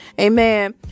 Amen